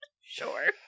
Sure